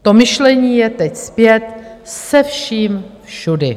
To myšlení je teď zpět se vším všudy.